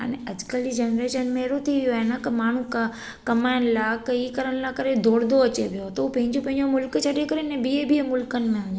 अने अॼुकल्ह जी जनरेशन में अहिड़ो थी वियो आहे न माण्हू क कमाइण लाइ क ई करण लाइ ॾोड़ंदो अचे पियो थो उहो पंहिंजो पंहिंजो मुल्क़ खे छॾी करे न ॿिये ॿिये मुल्क़नि में वञे पियो